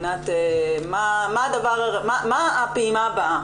מה הפעימה הבאה?